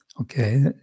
okay